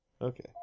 Okay